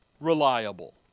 reliable